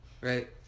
right